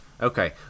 Okay